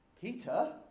Peter